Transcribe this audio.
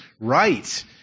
right